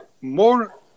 more